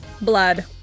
Blood